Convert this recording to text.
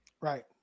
Right